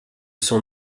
son